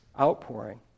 outpouring